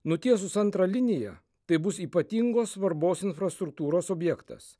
nutiesus antrą liniją tai bus ypatingos svarbos infrastruktūros objektas